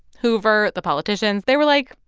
hoover, the politicians they were, like,